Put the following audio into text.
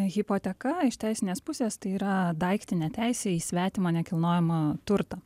hipoteka iš teisinės pusės tai yra daiktinė teisė į svetimą nekilnojamą turtą